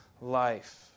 life